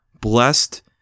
Blessed